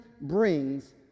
brings